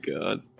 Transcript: god